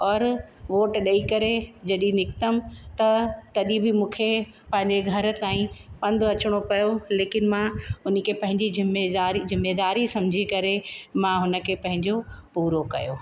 और वोट ॾेई करे जॾहिं निकितमि त तॾहिं बि मूंखे पंहिंजे घर ताईं पंधु अचिणो पियो लेकिनि मां हुनखे पंहिंजी ज़िमेदारी ज़िमेदारी समुझी करे मां हुनखे पंहिंजो पूरो कयो